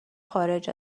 خارج